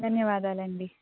ధన్యవాదాలండీ